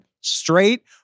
straight